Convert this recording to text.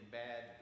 bad